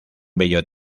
bello